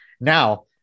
Now